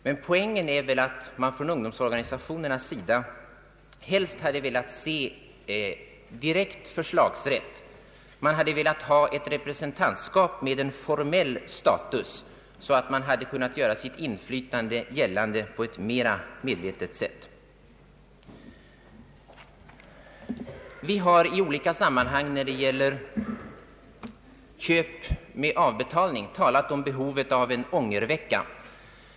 — men poängen är väl att ungdomsorganisationerna helst hade velat ha direkt förslagsrätt. De hade velat ha ett representantskap med en for mell status, så att de kunnat göra sitt inflytande gällande på ett mera medvetet sätt. Vi har i olika sammanhang när det gäller köp med avbetalning talat om behovet av en ångervecka.